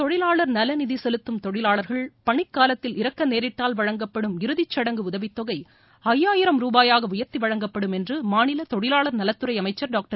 தொழிலாளர் நல நநிதி செலுத்தும் தொழிலாளர்கள் பணிக்காலத்தில் இறக்க நேரிட்டால் வழங்கப்படும் இறுதிச்சடங்கு உதவித்தொகை ஐயாயிரம் ரூபாயாக உயர்த்தி வழங்கப்படும் என்று மாநில தொழிலாளர் நலத்துறை அமைச்சர் டாக்டர்